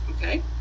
Okay